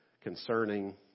concerning